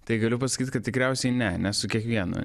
tai galiu pasakyt kad tikriausiai ne ne su kiekvienu